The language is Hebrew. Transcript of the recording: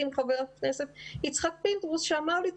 על איזשהו נושא עם חבר כנסת יצחק פינדרוס שאמר לי,